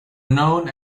known